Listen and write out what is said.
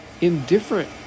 indifferent